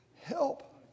Help